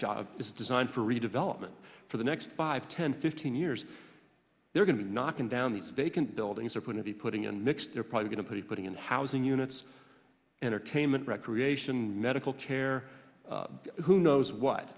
job is designed for redevelopment for the next five ten fifteen years they're going to be knocking down these vacant buildings or putting the putting unmixed they're probably going to be putting in housing units entertainment recreation medical care who knows what